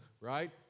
Right